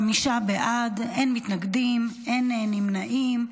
חמישה בעד, אין מתנגדים, אין נמנעים.